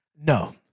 No